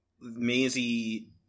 Maisie